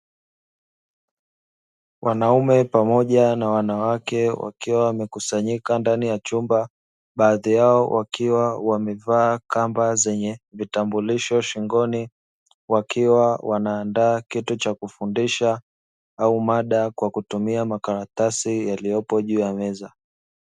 Wanaume pamoja na wanawake wakiwa wamekusanyika ndani ya chumba. Baadhi yao wakiwa wamevaa kamba zenye vitambulisho shingoni, wakiwa wanaandaa kitu cha kufundisha au mada kwa kutumia makaratasi yaliyopo juu ya meza.